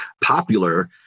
popular